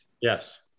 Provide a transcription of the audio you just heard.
Yes